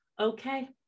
okay